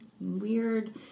weird